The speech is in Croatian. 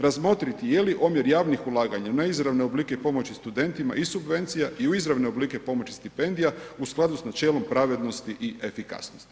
Razmotriti je li omjer javnih ulaganja na izravne oblike pomoći studentima i subvencija i u izravne oblike pomoći stipendija u skladu s načelom pravednosti i efikasnosti.